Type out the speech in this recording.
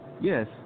Yes